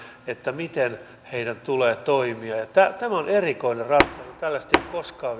miten heidän tulee toimia tämä on erikoinen ratkaisu tällaista ei ole koskaan